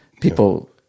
people